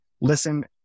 listen